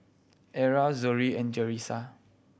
Erla Zollie and Jalissa